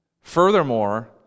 Furthermore